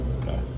Okay